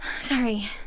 Sorry